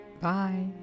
bye